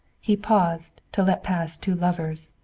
he paused, to let pass two lovers,